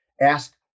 ask